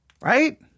Right